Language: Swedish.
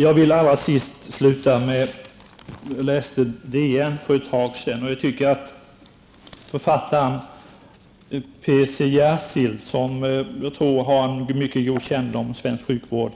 Jag läste för ett tag sedan DN, och författaren P C Jersild, som har en mycket god kännedom om svensk sjukvård,